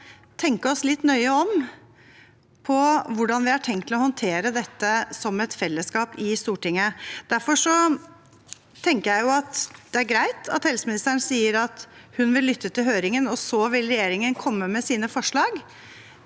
tenke oss litt nøye om på hvordan vi har tenkt å håndtere dette som et fellesskap i Stortinget. Derfor tenker jeg det er greit at helseministeren sier at hun vil lytte til høringen, og så vil regjeringen komme med sine forslag.